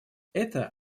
это